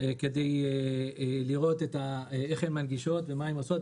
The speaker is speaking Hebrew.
כדי לראות איך הן מנגישות ומה הן עושות.